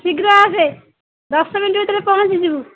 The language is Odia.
ଶୀଘ୍ର ଆସେ ଦଶ ମିନିଟ୍ ଭିତରେ ପହଞ୍ଚିଯିବୁ